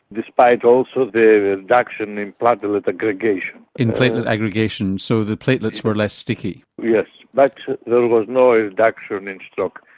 despite also the reduction in platelet aggregation. in platelet aggregation so the platelets were less sticky? yes. but there was no reduction in strokes.